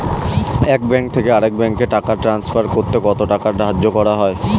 এক ব্যাংক থেকে আরেক ব্যাংকে টাকা টান্সফার করতে কত টাকা ধার্য করা হয়?